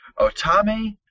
Otami